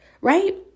Right